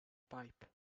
pipe